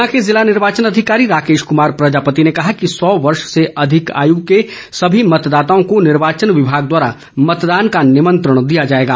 ऊना के जिला निर्वाचन अधिकारी राकेश कुमार प्रजापति ने कहा है कि सौ वर्ष से अधिक आयु के सभी मतदाताओं को निर्वाचन विभाग द्वारा मतदान का निमंत्रण दिया जाएगा